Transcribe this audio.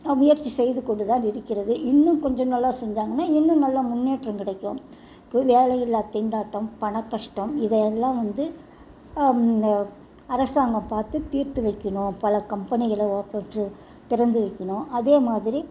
முயற்சி செய்து கொண்டு தான் இருக்கிறது இன்னும் கொஞ்சம் நல்லா செஞ்சாங்கன்னா இன்னும் நல்ல முன்னேற்றம் கிடைக்கும் வேலையில்லா திண்டாட்டம் பண கஷ்டம் இதையெல்லாம் வந்து அரசாங்கம் பார்த்து தீர்த்து வைக்கிணும் பல கம்பெனிகளை ஒப்பன் திறந்து வைக்கணும் அதே மாதிரி